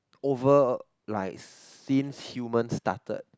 over like since human started